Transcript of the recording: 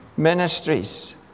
ministries